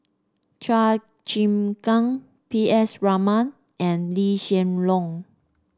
Chua Chim Kang P S Raman and Lee Hsien Loong